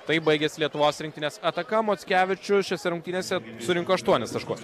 taip baigėsi lietuvos rinktinės ataka mockevičiui šiose rungtynėse surinko aštuonis taškus